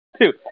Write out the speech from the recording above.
Two